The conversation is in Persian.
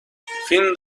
فیلم